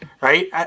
right